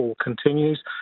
continues